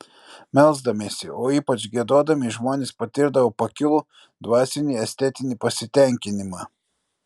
melsdamiesi o ypač giedodami žmonės patirdavo pakilų dvasinį estetinį pasitenkinimą